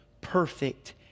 perfect